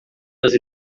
das